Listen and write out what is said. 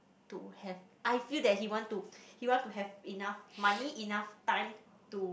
to have I feel that he want to he want to have enough money enough time to